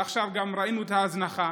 ועכשיו גם ראינו את ההזנחה.